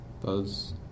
Buzz